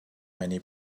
many